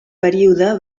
període